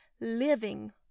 living